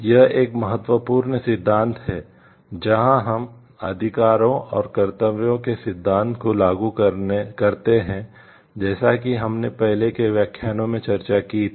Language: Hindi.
यह एक महत्वपूर्ण सिद्धांत है जहाँ हम अधिकारों और कर्तव्यों के सिद्धांत को लागू करते हैं जैसा कि हमने पहले के व्याख्यानों में चर्चा की थी